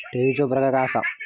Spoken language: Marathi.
ठेवीचो प्रकार काय असा?